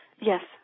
Yes